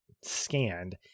scanned